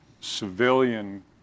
civilian